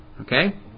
okay